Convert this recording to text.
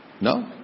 No